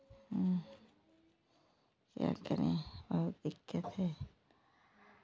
क्या करें बहुत दिक्कत है